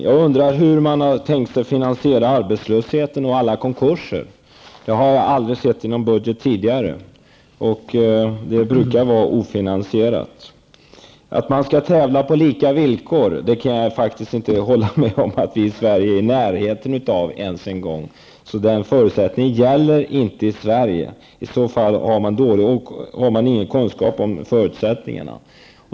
Jag undrar hur man har tänkt finansiera arbetslösheten och alla konkurser. Jag har aldrig sett något om detta i någon budget tidigare. Sådana saker brukar vara ofinansierade. Beträffande att man skall tävla på lika villkor måste jag säga att vi i Sverige inte ens är i närheten av det. Denna förutsättning gäller alltså inte i Sverige. Om man tror det har man inga kunskaper om förutsättningarna.